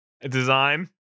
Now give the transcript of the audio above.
design